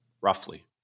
roughly